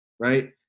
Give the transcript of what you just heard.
right